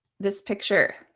this picture.